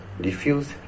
diffuse